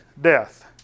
death